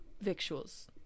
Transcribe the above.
victuals